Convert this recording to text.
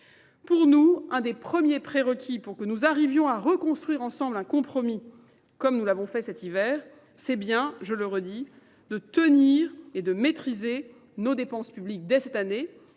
Pour nous, un des premiers prérequis pour que nous arrivions à reconstruire ensemble un compromis comme nous l'avons fait cet hiver, c'est bien, je le redis, de tenir et de maîtriser nos dépenses publiques dès cette année